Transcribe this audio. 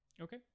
Okay